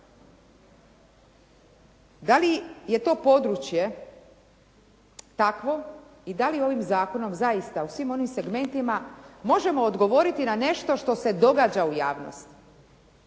Da li je to područje takvo i da li ovim zakonom zaista u svim onim segmentima možemo odgovoriti na nešto što se događa u javnosti?